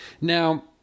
Now